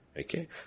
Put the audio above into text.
Okay